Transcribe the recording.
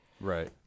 right